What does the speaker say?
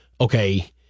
okay